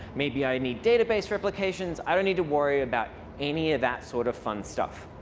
maybe i need database replications. i don't need to worry about any of that sort of fun stuff.